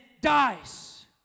dies